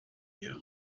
you